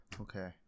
Okay